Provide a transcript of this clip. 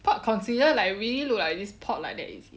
pot concealer like really look like this pot like that is it